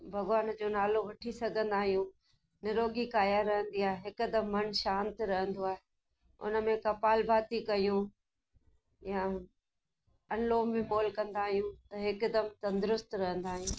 भगवान जो नालो वठी सघंदा आहियूं निरोगी काया रहंदी आहे हिकदमि मन शांति रहंदो आहे उनमें कपालभांति कयूं या अनुलोप विपोल कंदा आहियूं त हिकदमि तंदुरुस्तु रहंदा आहियूं